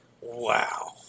Wow